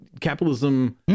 capitalism